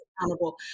accountable